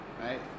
right